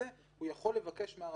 בטח ככל שזה יותר פעמים,